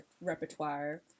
repertoire